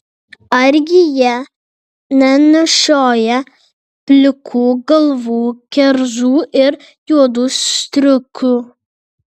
argi jie nenešioja plikų galvų kerzų ir juodų striukių